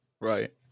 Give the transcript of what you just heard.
Right